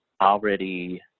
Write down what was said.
already